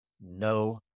No